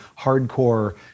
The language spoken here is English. hardcore